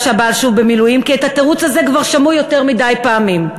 כבר שמעו יותר מדי פעמים.